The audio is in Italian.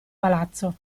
palazzo